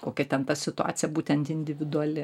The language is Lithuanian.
kokia ten ta situacija būtent individuali